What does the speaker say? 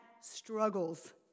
struggles